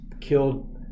killed